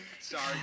Sorry